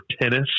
tennis